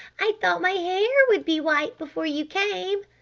i thought my hair would be white before you came!